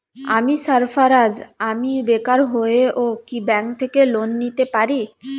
আমি সার্ফারাজ, আমি বেকার হয়েও কি ব্যঙ্ক থেকে লোন নিতে পারি?